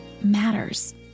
matters